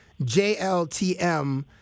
JLTM